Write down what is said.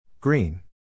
Green